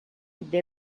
did